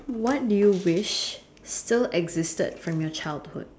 what did you wish so existed from your childhood